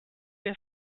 der